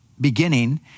beginning